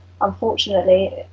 unfortunately